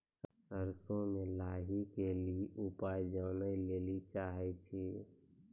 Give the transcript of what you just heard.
सरसों मे लाही के ली उपाय जाने लैली चाहे छी?